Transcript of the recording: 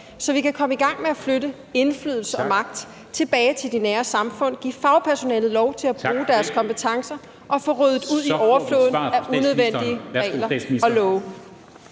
så vi kan komme i gang med at flytte indflydelse og magt tilbage til de nære samfund, give fagpersonalet lov til at bruge deres kompetencer og få ryddet ud i overfloden af unødvendige regler og love.